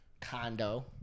condo